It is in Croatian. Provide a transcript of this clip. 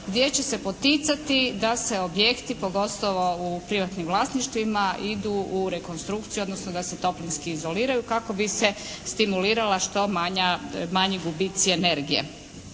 gdje će se poticati da se objekti pogotovo u privatnim vlasništvima idu u rekonstrukciju odnosno da se toplinski izoliraju kako bi se stimulirala što manji gubici energije.